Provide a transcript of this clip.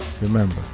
Remember